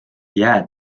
jää